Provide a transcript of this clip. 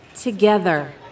together